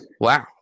Wow